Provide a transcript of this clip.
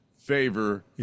favor